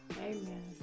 Amen